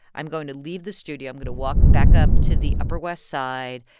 i'm going to leave the studio. i'm going to walk back up to the upper west side,